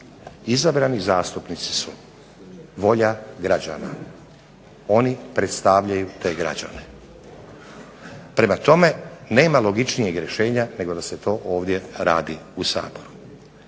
izabrani zastupnici su volja građana, oni predstavljaju te građane. Prema tome nema logičnijeg rješenja nego da se to ovdje radi u Saboru.